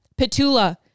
Petula